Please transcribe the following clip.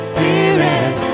Spirit